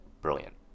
brilliant